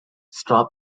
straw